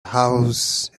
house